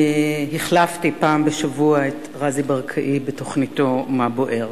החלפתי פעם בשבוע את רזי ברקאי בתוכניתו "מה בוער".